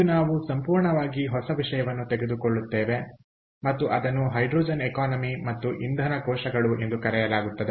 ಇಂದು ನಾವು ಸಂಪೂರ್ಣವಾಗಿ ಹೊಸ ವಿಷಯವನ್ನು ತೆಗೆದುಕೊಳ್ಳುತ್ತೇವೆ ಮತ್ತು ಅದನ್ನು ಹೈಡ್ರೋಜನ್ ಎಕಾನಮಿ ಮತ್ತು ಇಂಧನ ಕೋಶಗಳು ಎಂದು ಕರೆಯಲಾಗುತ್ತದೆ